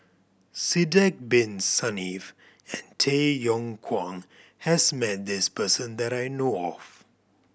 Sidek Bin Saniff and Tay Yong Kwang has met this person that I know of